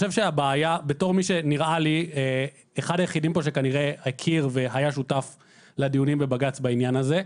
כמי שכנראה היה אחד היחידים שהכיר והיה שותף לדיונים בבג"צ בעניין הזה,